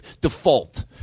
default